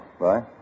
Bye